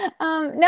No